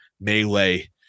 melee